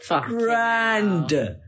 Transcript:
grand